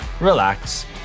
relax